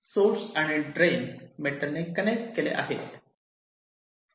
source आणि drain metal ने connect केले आहे